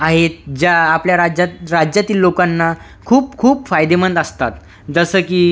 आहेत ज्या आपल्या राज्यात राज्यातील लोकांना खूप खूप फायदेमंद असतात जसं की